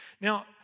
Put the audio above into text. Now